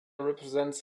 represents